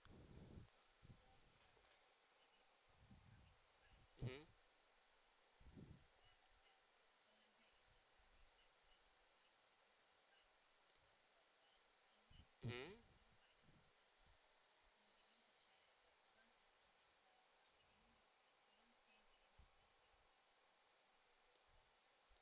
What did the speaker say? mmhmm mmhmm